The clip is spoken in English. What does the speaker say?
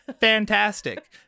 Fantastic